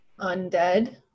undead